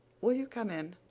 will you come in?